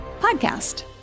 podcast